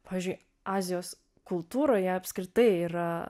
pavyzdžiui azijos kultūroje apskritai yra